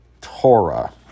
Torah